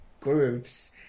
groups